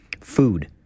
food